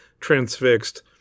transfixed